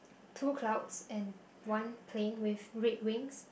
two clouds and one plane with red wings